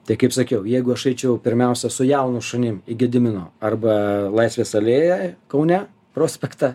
tai kaip sakiau jeigu aš aičiau pirmiausia su jaunu šunim į gedimino arba laisvės alėją kaune prospektą